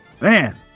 Man